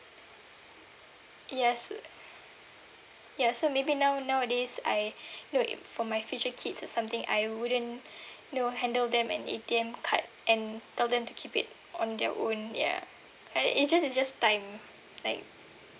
yes ya so maybe now nowadays I you know for my future kids or something I wouldn't no handle them an A_T_M and tell them to keep it on their own ya uh it just it just time like